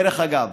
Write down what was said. דרך אגב.